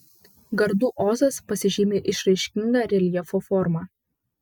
gardų ozas pasižymi išraiškinga reljefo forma